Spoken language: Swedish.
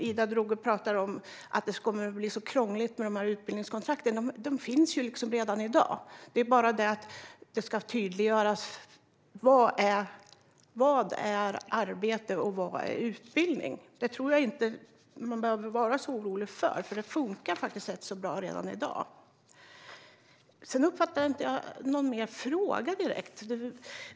Ida Drougge talar om att det kommer att bli så krångligt med utbildningskontrakten, men de finns ju redan i dag. Det ska bara tydliggöras vad som är arbete och vad som är utbildning. Det tror jag inte att man behöver vara så orolig för, för det funkar faktiskt rätt bra redan i dag. Jag uppfattade inte någon mer fråga direkt.